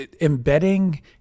embedding